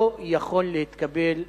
לא יכול להתקבל בעולם,